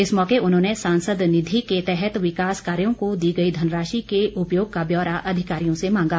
इस मौके उन्होंने सांसद निधि के तहत विकास कार्यो को दी गई धनराशि के उपयोग का ब्यौरा अधिकारियों से मांगा